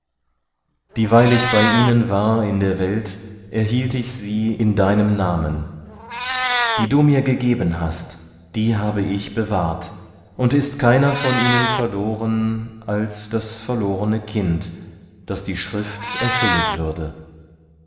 dieweil ich bei ihnen war in der welt erhielt ich sie in deinem namen die du mir gegeben hast die habe ich bewahrt und ist keiner von ihnen verloren als das verlorene kind daß die schrift erfüllet würde